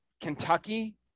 Kentucky